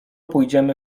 pójdziemy